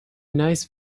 nice